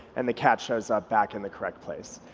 and the cat shows up back in the correct place.